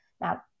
Now